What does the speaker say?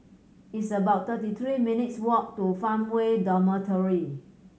it's about thirty three minutes' walk to Farmway Dormitory